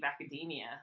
academia